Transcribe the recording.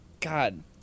God